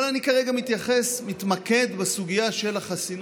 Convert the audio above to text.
אבל אני כרגע מתייחס ומתמקד בסוגיית החסינות.